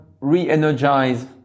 re-energize